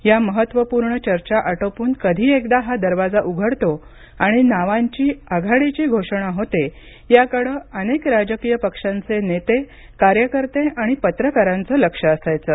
या महत्त्वपूर्ण चर्चा आटोपून कधी एकदा हा दरवाजा उघडतो आणि नावांची आघाडीची घोषणा होते याकडे अनेक राजकीय पक्षांचे नेते कार्यकर्ते आणि पत्रकारांचं लक्ष असायचं